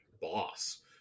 boss